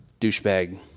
douchebag